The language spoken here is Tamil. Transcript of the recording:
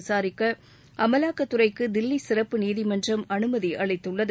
விசாரிக்க அமலாக்கத்துறைக்கு தில்லி சிறப்பு நீதிமன்றம் அனுமதி அளித்துள்ளது